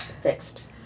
Fixed